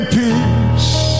peace